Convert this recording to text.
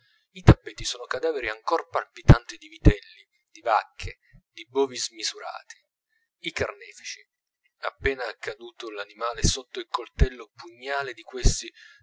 i tappeti sono cadaveri ancor palpitanti di vitelli di vacche di bovi smisurati i carnefici appena caduto l'animale sotto il coltello pugnale di questi